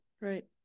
Right